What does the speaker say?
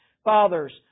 Fathers